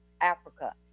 Africa